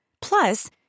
Plus